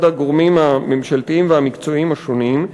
הגורמים הממשלתיים והמקצועיים השונים,